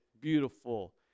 beautiful